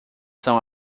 são